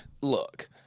Look